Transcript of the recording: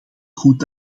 goed